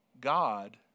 God